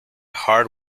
hard